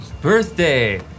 birthday